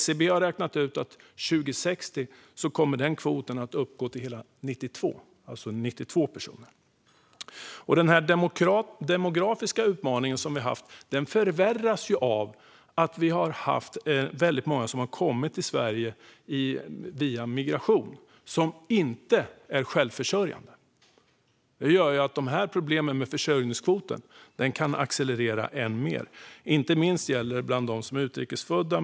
SCB har räknat ut att denna kvot år 2060 kommer att uppgå till hela 92. Den demografiska utmaning som vi har haft förvärras av att vi har haft väldigt många som har kommit till Sverige via migration och som inte är självförsörjande. Det gör att problemen med försörjningskvoten kan accelerera än mer. Inte minst gäller detta bland dem som är utrikes födda.